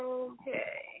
okay